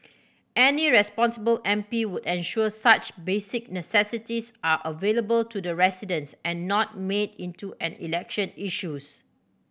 any responsible M P would ensure such basic necessities are available to the residents and not made into an election issues